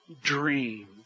dream